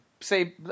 say